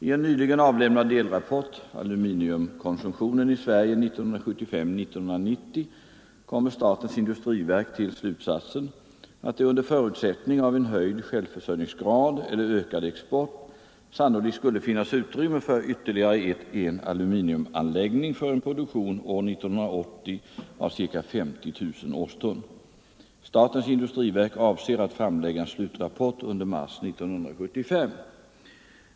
I en nyligen avlämnad delrapport, ”Aluminiumkonsumtionen i Sverige 1975-1990”, kommer statens industriverk till slutsatsen att det under förutsättning av en höjd självförsörjningsgrad eller ökad export sannolikt skulle finnas utrymme för ytterligare en aluminiumanläggning för en produktion år 1980 av ca 50 000 årston. Statens industriverk avser att framlägga en slutrapport under mars månad 1975.